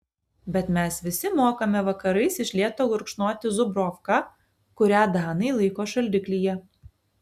bet mes visi mokame vakarais iš lėto gurkšnoti zubrovką kurią danai laiko šaldiklyje